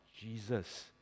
Jesus